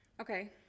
Okay